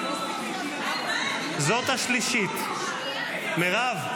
זאת השלישית, מירב.